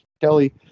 Kelly